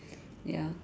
ya